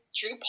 Drew